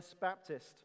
Baptist